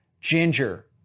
ginger